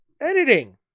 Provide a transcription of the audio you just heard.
Editing